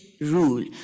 rule